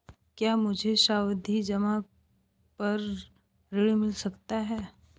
क्या मुझे सावधि जमा पर ऋण मिल सकता है?